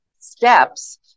steps